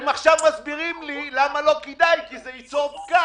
הם עכשיו מסבירים לי למה לא כדאי כי זה ייצור פקק.